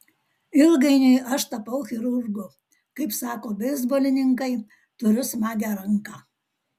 ilgainiui aš tapau chirurgu kaip sako beisbolininkai turiu smagią ranką